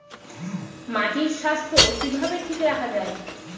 মাটির স্বাস্থ্য কিভাবে ঠিক রাখা যায়?